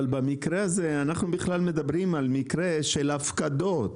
אנחנו בכלל מדברים על מקרה של הפקדות,